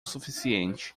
suficiente